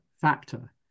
factor